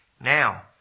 Now